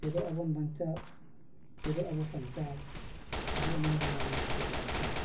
ᱪᱮᱫᱚᱜ ᱟᱵᱚᱱ ᱵᱟᱧᱪᱟᱜ ᱪᱮᱫᱚᱜ ᱟᱵᱚ ᱥᱟᱧᱪᱟᱣ ᱛᱚᱵᱮ ᱮᱱᱟᱝ ᱵᱚᱱ ᱧᱟᱢᱟ ᱢᱩᱪᱟᱹᱫ ᱨᱮ ᱟᱧᱪᱟᱣ